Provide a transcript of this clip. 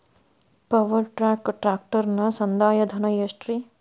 Power track ಟ್ರ್ಯಾಕ್ಟರನ ಸಂದಾಯ ಧನ ಎಷ್ಟ್ ರಿ?